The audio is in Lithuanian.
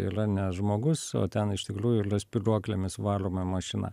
ylia ne žmogus o ten iš tikliųjų ylia spyruoklėmis varoma mašina